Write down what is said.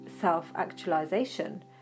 self-actualization